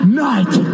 night